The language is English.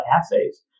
assays